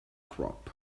crop